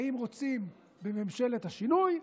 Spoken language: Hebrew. האם רוצים בממשלת השינוי,